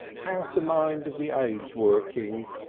how's the mind of the age working?